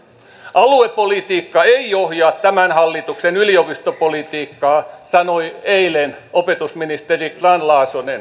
aluepolitiikka ei ohjaa tämän hallituksen yliopistopolitiikkaa sanoi eilen opetusministeri grahn laasonen